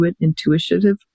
Intuitive